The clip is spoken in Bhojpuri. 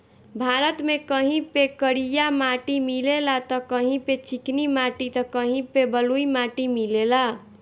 भारत में कहीं पे करिया माटी मिलेला त कहीं पे चिकनी माटी त कहीं पे बलुई माटी मिलेला